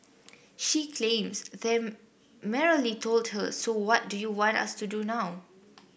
she claims they merely told her so what do you want us to do now